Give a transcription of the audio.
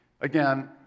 Again